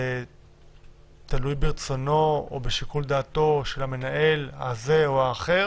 זה תלוי ברצונו או בשיקול דעתו של המנהל הזה או האחר